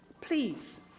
please